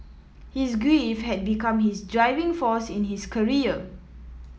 his grief had become his driving force in his career